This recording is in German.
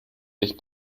sich